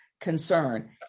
concern